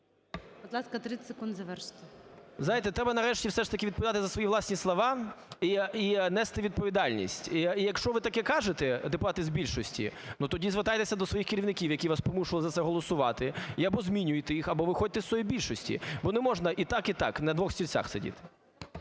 Будь ласка, 30 секунд. Завершуйте. ЛЕВЧЕНКО Ю.В. Знаєте, треба нарешті все ж таки відповідати за свої власні слова і нести відповідальність. І якщо ви таке кажете, депутати з більшості, ну, тоді звертайтеся до своїх керівників, які вас примушували за це голосувати, і або змінюйте їх, або виходьте з тої більшості, бо не можна і так, і так, на двох стільцях сидіти.